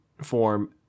form